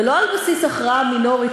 ולא על בסיס הכרעה מינורית,